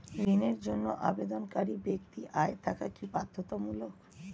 ঋণের জন্য আবেদনকারী ব্যক্তি আয় থাকা কি বাধ্যতামূলক?